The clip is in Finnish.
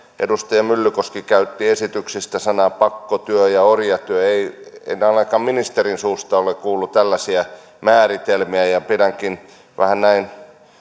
edustaja myllykoski käytti esityksistä sanoja pakkotyö ja orjatyö en ainakaan ministerin suusta ole kuullut tällaisia määritelmiä ja pidän näin